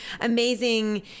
amazing